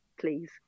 please